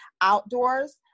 outdoors